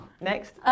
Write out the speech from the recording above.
next